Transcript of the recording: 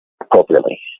appropriately